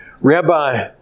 Rabbi